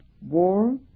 war